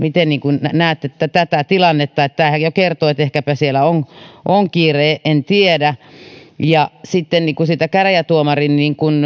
miten näette tätä tilannetta tämähän jo kertoo että ehkäpä siellä on on kiire en tiedä sitten siitä käräjätuomarin